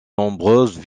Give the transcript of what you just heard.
nombreuses